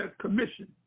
commission